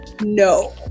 no